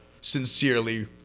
sincerely